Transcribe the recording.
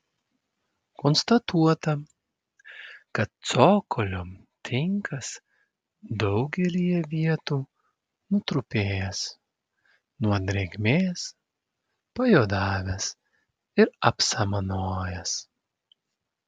konstatuota kad cokolio tinkas daugelyje vietų nutrupėjęs nuo drėgmės pajuodavęs ir apsamanojęs